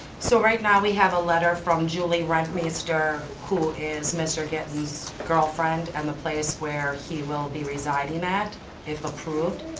so right now we have a letter from julie wrightmaester, who is mr. gitten's girlfriend and the place where he will be residing at if approved.